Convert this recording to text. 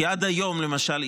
כי עד היום למשל,